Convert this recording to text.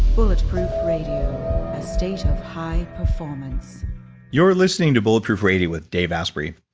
bulletproof radio, a state of high performance you're listening to bulletproof radio with dave asprey.